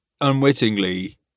unwittingly